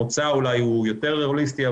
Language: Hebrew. מוצא הוא אולי יותר הוליסטי.